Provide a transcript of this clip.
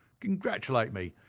congratulate me!